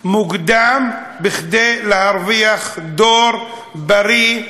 בגיל מוקדם, כדי להרוויח דור בריא,